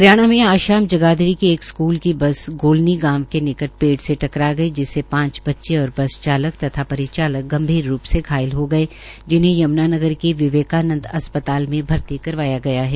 हरियाणा में आज शाम जगाधरी के एक स्कूल की बस गोलनी गांव के निकट पेड़ से टकरा गई जिससे पांच बच्चे और बस चालक तथा परिचालक गंभीर रूप से घायल हो गये जिन्हें यम्नानगर के विवेकानंद अस्पताल में भर्ती करवाया गया है